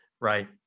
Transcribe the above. right